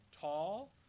tall